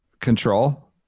control